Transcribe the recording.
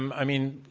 um i mean,